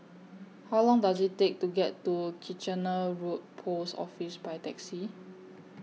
How Long Does IT Take to get to Kitchener Road Post Office By Taxi